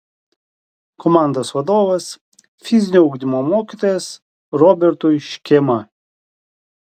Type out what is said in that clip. komandos vadovas fizinio ugdymo mokytojas robertui škėma